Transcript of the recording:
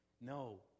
No